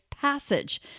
Passage